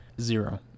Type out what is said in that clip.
zero